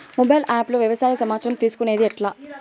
Mobile app లో వ్యవసాయ సమాచారం తీసుకొనేది ఎట్లా?